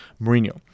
Mourinho